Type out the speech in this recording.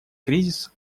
кризис